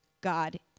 God